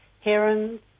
herons